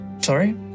Sorry